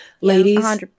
ladies